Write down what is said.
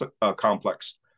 complex